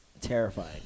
terrifying